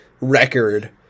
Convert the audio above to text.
record